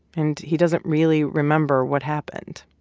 and he doesn't really remember what happened.